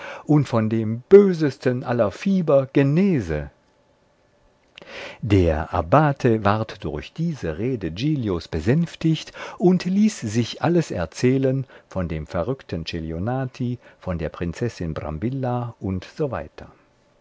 und von dem bösesten aller fieber genese der abbate ward durch diese rede giglios besänftigt und ließ sich alles erzählen von dem verrückten celionati von der prinzessin brambilla u